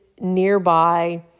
nearby